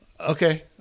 Okay